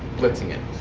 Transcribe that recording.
blitzing it.